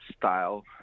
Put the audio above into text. style